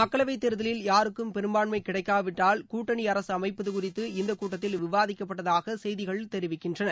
மக்களவைத் தேர்தலில் யாருக்கும் பெரும்பான்மை கிடைக்காவிட்டால் கூட்டணி அரசு அமைப்பது குறித்து இந்தக் கூட்டத்தில் விவாதிக்கப்பட்டதாக செய்திகள் தெரிவிக்கின்றன